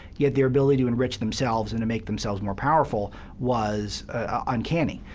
yet their ability to enrich themselves and to make themselves more powerful was uncanny.